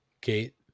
Kate